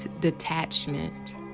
detachment